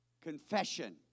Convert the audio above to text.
confession